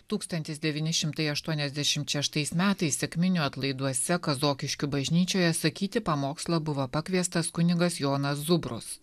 tūkstantis devyni šimtai aštuoniasdešimt šeštais metais sekminių atlaiduose kazokiškių bažnyčioje sakyti pamokslo buvo pakviestas kunigas jonas zubrus